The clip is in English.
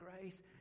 grace